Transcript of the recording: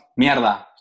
mierda